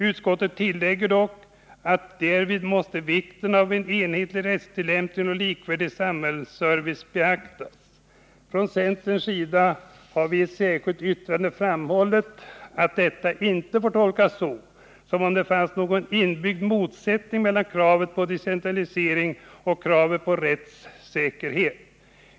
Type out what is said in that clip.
Utskottet tillägger dock att därvid måste vikten av en enhetlig rättstillämpning och en likvärdig samhällsservice beaktas. Från centerns sida har vi i ett särskilt yttrande framhållit att detta inte får tolkas så att det finns någon inbyggd motsättning mellan kravet på decentralisering och kravet på rättssäkerhet.